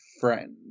friend